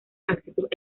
accesos